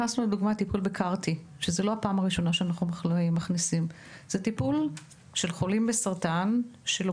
טיפול ב-CAR T. זה טיפול לחולים בסרטן שבו